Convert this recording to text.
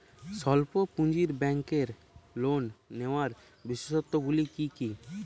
স্বল্প পুঁজির ব্যাংকের লোন নেওয়ার বিশেষত্বগুলি কী কী?